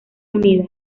unida